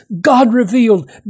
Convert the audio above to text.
God-revealed